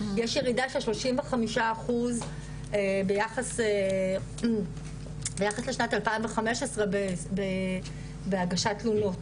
יש ירידה של 35 אחוז ביחס לשנת 2015 בהגשת תלונות